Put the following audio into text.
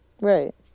Right